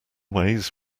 ways